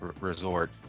resort